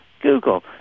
Google